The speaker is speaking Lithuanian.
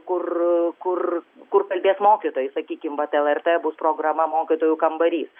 kur kur kur kalbėti mokytojai sakykime kad lrt bus programa mokytojų kambarys